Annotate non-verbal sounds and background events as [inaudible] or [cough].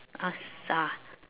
ah [noise]